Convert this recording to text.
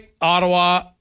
Ottawa